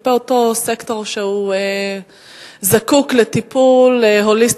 כלפי אותו סקטור שזקוק לטיפול הוליסטי,